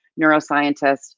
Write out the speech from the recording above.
neuroscientist